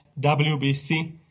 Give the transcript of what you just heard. WBC